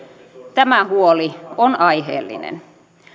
tämä huoli on aiheellinen